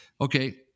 okay